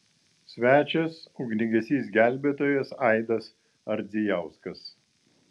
svečias ugniagesys gelbėtojas aidas ardzijauskas